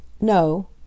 No